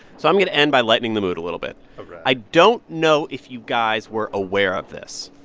so i'm going yeah to end by lightening the mood a little bit all right i don't know if you guys were aware of this,